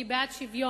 אני בעד שוויון.